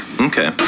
Okay